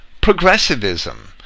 progressivism